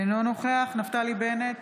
אינו נוכח נפתלי בנט,